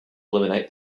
eliminate